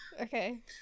Okay